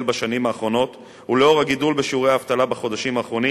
בשנים האחרונות ולנוכח הגידול בשיעורי האבטלה בחודשים האחרונים,